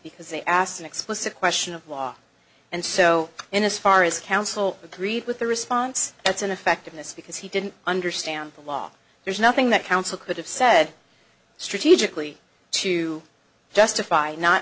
because they asked an explicit question of law and so in this far as counsel agreed with the response that's ineffectiveness because he didn't understand the law there's nothing that counsel could have said strategically to justify not